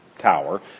tower